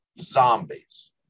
zombies